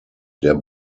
der